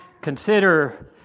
consider